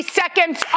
seconds